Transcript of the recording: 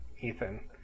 Ethan